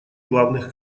главных